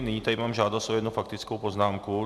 Nyní tady mám žádost o jednu faktickou poznámku.